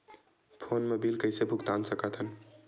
Phone मा bill कइसे भुक्तान साकत हन?